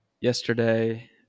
yesterday